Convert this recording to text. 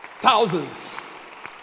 Thousands